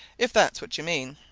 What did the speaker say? if that's what you mean.